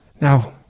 Now